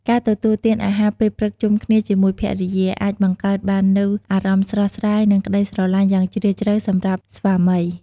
ការទទួលទានអាហារពេលព្រឹកជុំគ្នាជាមួយភរិយា អាចបង្កើតបាននូវអារម្មណ៍ស្រស់ស្រាយ និងក្ដីស្រឡាញ់យ៉ាងជ្រាលជ្រៅសម្រាប់ស្វាមី។